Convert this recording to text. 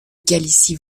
galicie